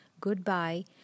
goodbye